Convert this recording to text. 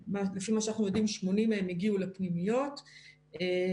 אבל הם רק 40% מהמיטות בארץ,